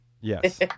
Yes